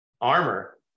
armor